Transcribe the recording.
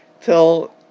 till